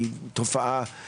תודה רבה לחברי אלון טל,